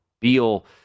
Beal